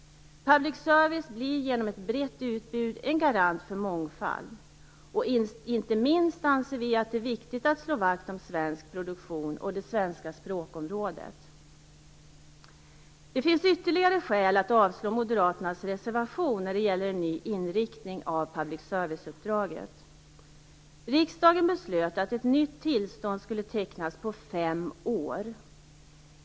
Public service blir genom ett brett utbud en garant för mångfald. Inte minst viktigt är att vi slår vakt om svensk produktion och det svenska språkområdet. Det finns ytterligare skäl att avslå Moderaternas reservation om ny inriktning på public serviceuppdraget. Riksdagen beslöt att ett nytt tillstånd skulle tecknas på fem år.